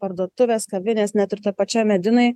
parduotuvės kavinės net ir toj pačioj medinoj